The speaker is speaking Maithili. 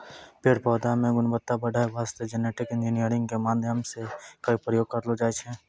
पेड़ पौधा मॅ गुणवत्ता बढ़ाय वास्तॅ जेनेटिक इंजीनियरिंग के माध्यम सॅ कई प्रयोग करलो जाय छै